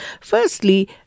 Firstly